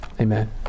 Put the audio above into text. Amen